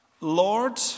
Lord